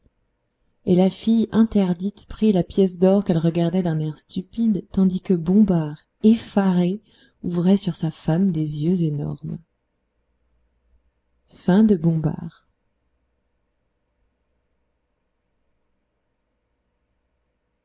et la fille interdite prit la pièce d'or qu'elle regardait d'un air stupide tandis que bombard effaré ouvrait sur sa femme des yeux énormes